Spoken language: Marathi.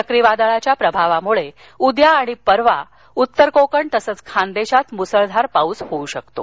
चक्रीवादळाच्या भावामुळे उद्या आणि परवा उत्तर कोकण तसंच खान्देशात मुसळधार पाऊस होऊ शकतो